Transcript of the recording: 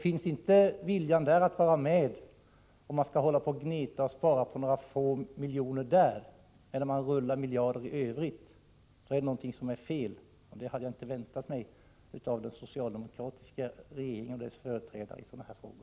Finns inte viljan att vara med och åstadkomma någonting i detta sammanhang i stället för att bara hålla på och gneta och spara några få miljoner medan miljarder i övrigt tillåts rulla — är det någonting som är fel. Detta hade jag inte väntat mig av den socialdemokratiska regeringen eller dess företrädare i sådana här frågor.